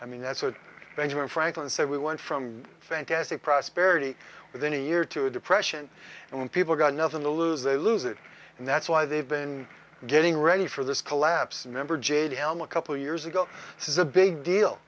i mean that's what benjamin franklin said we want from fantastic prosperity within a year to a depression and when people got nothing to lose they lose it and that's why they've been getting ready for this collapse a member j d helm a couple years ago this is a big deal